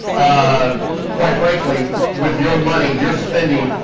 ah quite frankly with your money, your spending.